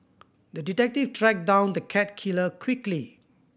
the detective tracked down the cat killer quickly